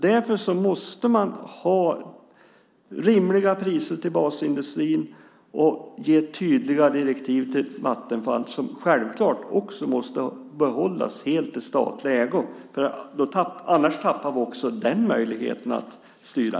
Därför måste man ha rimliga priser till basindustrin och ge tydliga direktiv till Vattenfall, som självklart också måste behållas helt i statlig ägo. Annars tappar vi också den möjligheten att styra.